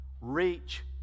reach